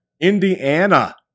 Indiana